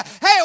hey